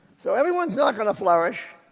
so everyone's not going to flourish.